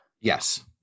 Yes